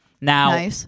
now